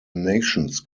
nations